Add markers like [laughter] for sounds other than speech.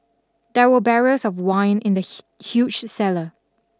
there were barrels of wine in the [hesitation] huge cellar